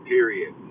Period